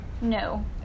No